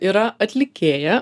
yra atlikėja